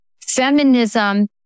Feminism